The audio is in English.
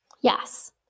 Yes